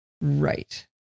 Right